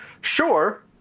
Sure